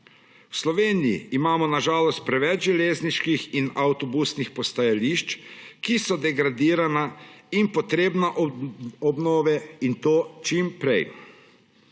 V Sloveniji imamo na žalost preveč železniških in avtobusnih postajališč, ki so degradirana in potrebna obnove. In to čim prej.